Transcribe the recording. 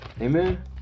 Amen